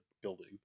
building